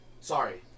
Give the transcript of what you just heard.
sorry